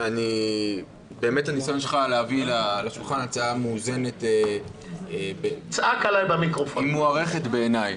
הניסיון שלך להביא הצעה מאוזנת לשולחן מוערכת בעיניי.